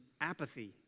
apathy